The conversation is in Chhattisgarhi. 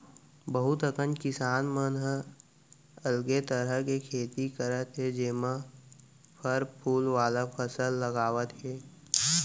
बहुत अकन किसान मन ह अलगे तरह के खेती करत हे जेमा फर फूल वाला फसल लगावत हे